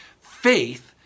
Faith